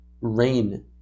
rain